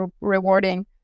rewarding